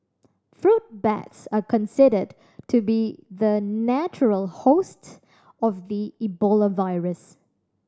fruit bats are considered to be the natural host of the Ebola virus